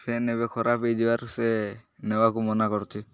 fan ଏବେ ଖରାପ ହୋଇଯିବାରୁ ସେ ନେବାକୁ ମନା କରୁଛି